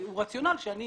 הוא רציונל שאני